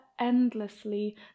endlessly